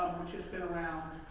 which has been around